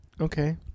Okay